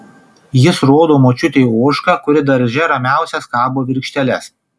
jis rodo močiutei ožką kuri darže ramiausia skabo virkšteles